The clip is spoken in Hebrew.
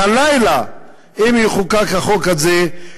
והלילה, אם יחוקק החוק הזה,